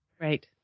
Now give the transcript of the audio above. Right